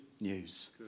news